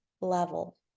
level